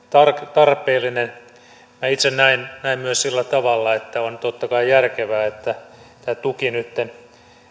tarpeellinen minä itse näen näen myös sillä tavalla että on totta kai järkevää että tämä tuki nytten